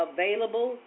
Available